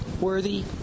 worthy